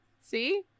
See